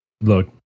look